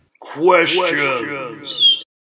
Questions